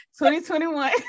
2021